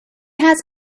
has